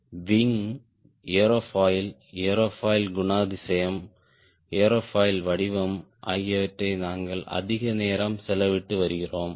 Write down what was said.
wing aerofoil aerofoil குணாதிசயம் aerofoil வடிவம் ஆகியவற்றில் நாங்கள் அதிக நேரம் செலவிட்டு வருகிறோம்